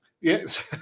Yes